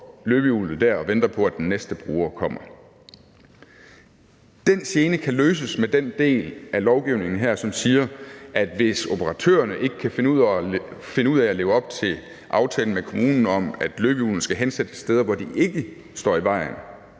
løbehjulet der og venter på, at den næste bruger kommer. Den gene kan løses med den del af lovgivningen her, som siger, at hvis operatørerne ikke kan finde ud af at leve op til aftalen med kommunen om, at løbehjulene skal hensættes steder, hvor de ikke står i vejen,